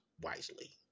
wisely